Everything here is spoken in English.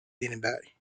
anybody